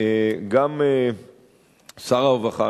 גם שר הרווחה,